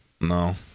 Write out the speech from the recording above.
No